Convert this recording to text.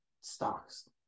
stocks